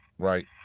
right